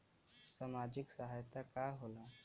सामाजिक सहायता का होला?